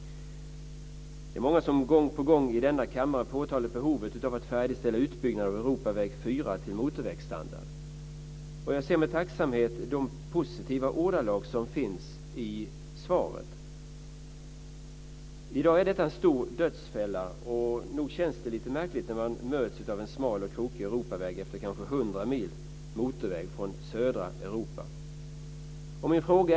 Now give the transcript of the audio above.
Det är många som gång efter annan i denna kammare har påtalat behovet av att färdigställa utbyggnaden av Europaväg 4 till motorvägsstandard. Jag noterar med tacksamhet de positiva ordalag som finns i svaret men i dag har vi här en dödsfälla och nog känns det lite märkligt att mötas av en smal och krokig Europaväg efter kanske hundra mil motorväg från södra Europa.